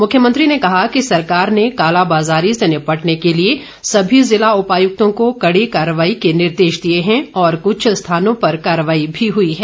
मुख्यमंत्री ने कहा कि सरकार ने कालाबाजारी से निपटने के लिए सभी जिला उपायुक्तों को कड़ी कार्रवाई के निर्देश दिए गए हैं और कुछ स्थानों पर कार्रवाई भी हुई है